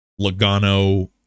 Logano